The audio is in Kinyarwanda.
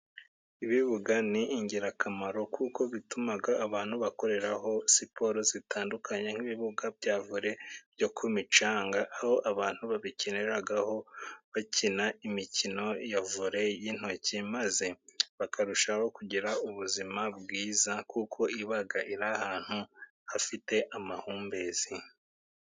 Ibibuga ni ingirakamaro kuko bituma abantu bakoreraho siporo zitandukanye nk'ibibuga bya vore byo ku micanga, aho abantu babikiniraho bakina imikino ya vore y'intoki, maze bakarushaho kugira ubuzima bwiza kuko iba iri ahantu hafite amahumbezi.